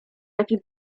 jaki